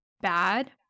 bad